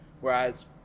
whereas